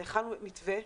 הכנו מתווה,